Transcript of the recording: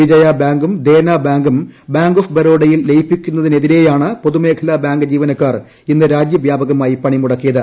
വിജയ ബാങ്കും ദേന ബാങ്കും bank of ബറോഡയിൽ ലയിപ്പിക്കുന്നതിനെതിരെയാണ് പൊതുമേഖലാ ബാങ്ക് ജീവനക്കാർ ഇന്ന് രാജ്യവ്യാപകമായി പണിമുടക്കിയത്